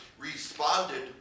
responded